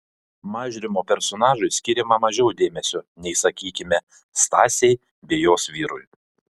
mažrimo personažui skiriama mažiau dėmesio nei sakykime stasei bei jos vyrui